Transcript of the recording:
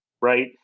right